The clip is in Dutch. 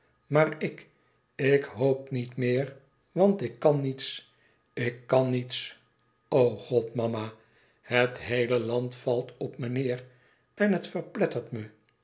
maar ik ik hoop niet meer want ik kan niets ik kan niets o god mama het heele land valt op me neêr en het verplettert me